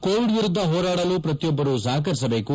Covid ವಿರುದ್ದ ಹೋರಾಡಲು ಪ್ರತಿಯೊಬ್ಬರು ಸಹಕರಿಸಬೇಕು